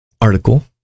article